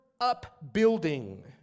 upbuilding